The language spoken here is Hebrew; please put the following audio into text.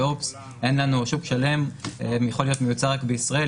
והופ שוק שלם יכול להיות מיוצר רק בישראל.